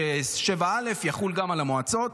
שסעיף 7א יחול גם על המועצות.